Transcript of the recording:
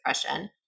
depression